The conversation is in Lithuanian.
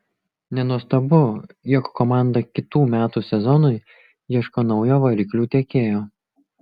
nenuostabu jog komanda kitų metų sezonui ieško naujo variklių tiekėjo